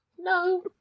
No